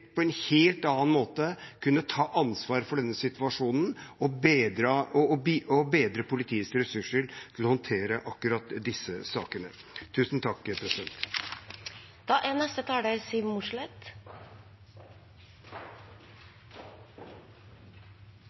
på en helt annen måte kunne ta ansvar for denne situasjonen og bedre politiets ressurser til å håndtere akkurat disse sakene.